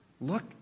Look